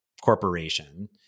corporation